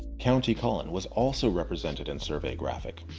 countee cullen was also represented in survey graphic.